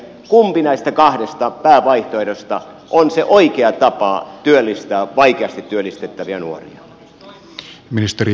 kumpi näistä kahdesta päävaihtoehdosta on se oikea tapa työllistää vaikeasti työllistettäviä nuoria